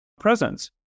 presence